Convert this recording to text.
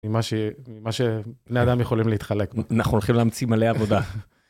ממה שבני אדם יכולים להתחלק. אנחנו הולכים להמציא מלא עבודה.